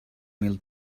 mil